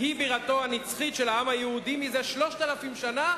היא בירתו הנצחית של העם היהודי זה 3,000 שנה,